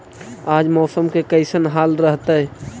आज मौसम के कैसन हाल रहतइ?